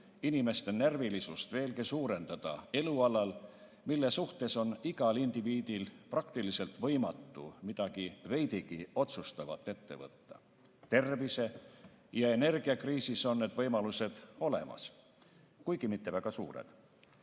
inimeste närvilisust veelgi suurendada elualal, mille suhtes on indiviidil praktiliselt võimatu midagi veidigi otsustavat ette võtta. Tervise‑ ja energiakriisis on need võimalused olemas, kuigi mitte väga suured.